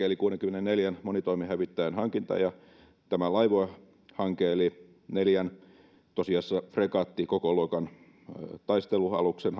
eli kuudenkymmenenneljän monitoimihävittäjän hankinnassa ja tässä laivue hankkeessa eli neljän tosiasiassa fregattikokoluokan taistelualuksen